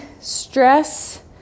stress